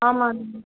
ஆமாம்ண்ணா